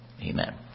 Amen